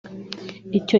icyo